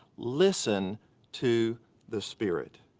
listen to the spirit.